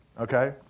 okay